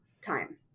time